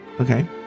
okay